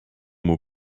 more